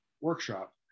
workshop